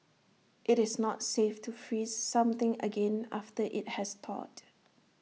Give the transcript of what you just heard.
IT is not safe to freeze something again after IT has thawed